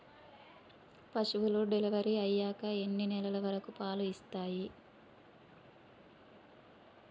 పశువులు డెలివరీ అయ్యాక ఎన్ని నెలల వరకు పాలు ఇస్తాయి?